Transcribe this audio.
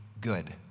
good